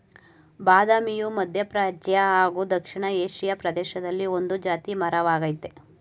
ಬಾದಾಮಿಯು ಮಧ್ಯಪ್ರಾಚ್ಯ ಹಾಗೂ ದಕ್ಷಿಣ ಏಷಿಯಾ ಪ್ರದೇಶದ ಒಂದು ಜಾತಿ ಮರ ವಾಗಯ್ತೆ